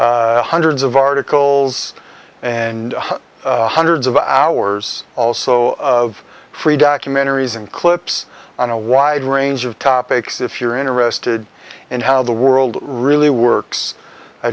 hundreds of articles and hundreds of hours also of free documentaries and clips on a wide range of topics if you're interested in how the world really